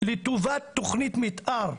לטובת תכנית מתאר.